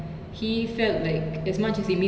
whereas kajol is staying with her daughter here now